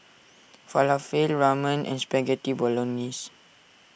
Falafel Ramen and Spaghetti Bolognese